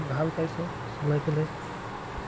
ভাল পাইছো চলাই পেলাই